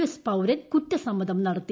S പൌരൻ കുറ്റസമ്മതം നടത്തി